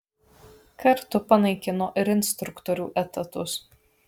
kartu panaikino ir instruktorių etatus